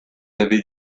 avez